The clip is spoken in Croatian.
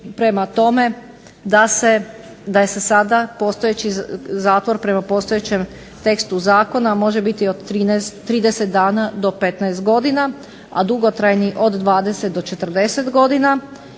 prema tome da se sada postojeći zatvor prema postojećem tekstu zakona može biti od 30 dana do 15 godina, a dugotrajni od 20 do 40 godina.